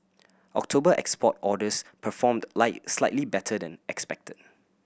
October export orders performed slightly better than expected